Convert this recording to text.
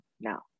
now